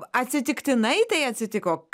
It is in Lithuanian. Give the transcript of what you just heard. atsitiktinai tai atsitiko